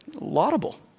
laudable